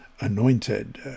anointed